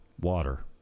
water